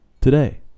today